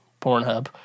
Pornhub